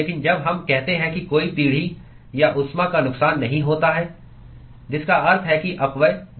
लेकिन जब हम कहते हैं कि कोई पीढ़ी या ऊष्मा का नुकसान नहीं होता है जिसका अर्थ है कि अपव्यय 0 है